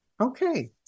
Okay